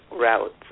routes